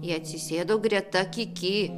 jie atsisėdo greta kiki